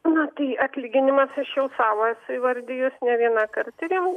na tai atlyginimas aš jau savo įvardijus ne vieną kart or jum